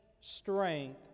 strength